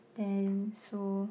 then so